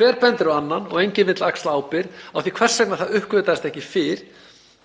Hver bendir á annan og enginn vill axla ábyrgð á því hvers vegna það uppgötvaðist ekki fyrr